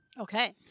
Okay